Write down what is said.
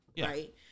right